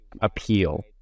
appeal